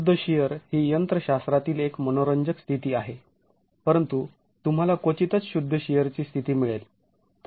शुद्ध शिअर ही यंत्र शास्त्रातील एक मनोरंजक स्थिती आहे परंतु तुम्हाला क्वचितच शुद्ध शिअरची स्थिती मिळेल